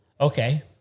Okay